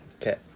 Okay